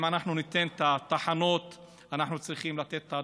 אם אנחנו ניתן את התחנות אנחנו צריכים לתת את ההדרכות.